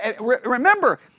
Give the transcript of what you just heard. remember